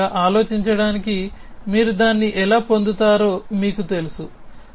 ఈ విధంగా ఆలోచించటానికి మీరు దాన్ని ఎలా పొందుతారో మీకు తెలుసు